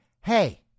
hey